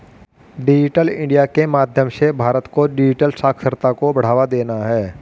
digital India के माध्यम से भारत को डिजिटल साक्षरता को बढ़ावा देना है